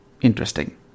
Interesting